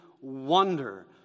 wonder